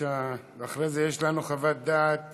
אחרי זה יש לנו חוות דעת